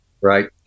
Right